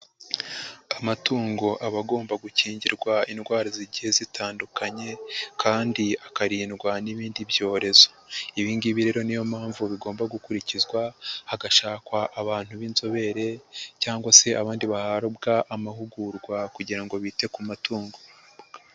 Amatungo aba agomba gukingirwa indwara zigiye zitandukanye kandi akarindwa n'ibindi byorezo, ibi ngibi rero niyo mpamvu bigomba gukurikizwa hagashakwa abantu b'inzobere cyangwa se abandi bahabwa amahugurwa kugira ngo bite ku matungo.